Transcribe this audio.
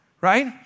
Right